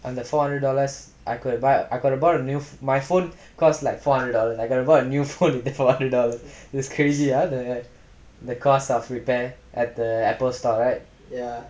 four hundred dollars I could buy a I could have got a new my phone my phone cost like four hundred dollars like I could have got a new phone for four hundred dollars is crazy ah the cost of repair at the apple store right